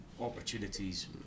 opportunities